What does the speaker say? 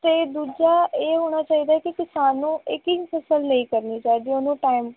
ਅਤੇ ਦੂਜਾ ਇਹ ਹੋਣਾ ਚਾਹੀਦਾ ਕਿ ਕਿਸਾਨ ਨੂੰ ਇੱਕ ਹੀ ਫ਼ਸਲ ਨਹੀਂ ਕਰਨੀ ਚਾਹੀਦੀ ਉਹਨੂੰ ਟਾਈਮ